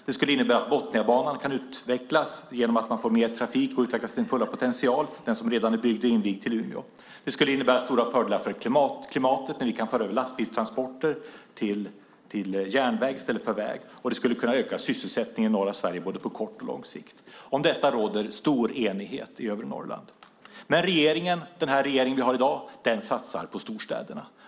Det skulle innebära att Botniabanan kan utvecklas med hjälp av mer trafik till sin fulla potential, det vill säga den redan byggda och invigda sträckan till Umeå. Det skulle innebära stora fördelar för klimatet när lastbilstransporter kan föras över från väg till järnväg, och det skulle öka sysselsättningen i norra Sverige på både kort och lång sikt. Om detta råder stor enighet i övre Norrland. Men den regering vi har i dag satsar på storstäderna.